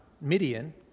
Midian